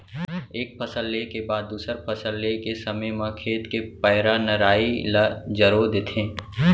एक फसल के बाद दूसर फसल ले के समे म खेत के पैरा, नराई ल जरो देथे